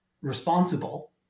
responsible